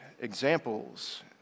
examples